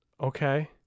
okay